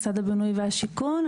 משרד הבינוי והשיכון,